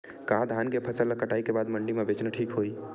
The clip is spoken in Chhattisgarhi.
का धान के फसल ल कटाई के बाद मंडी म बेचना ठीक होही?